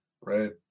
right